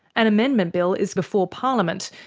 an amendment bill is before parliament,